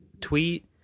tweet